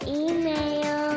email